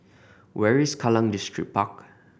where is Kallang Distripark